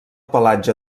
pelatge